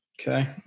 Okay